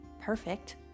Perfect